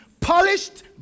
polished